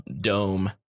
dome